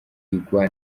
igwa